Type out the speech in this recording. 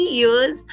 years